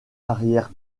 arrière